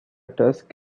tusk